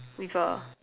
with a